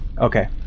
Okay